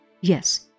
Yes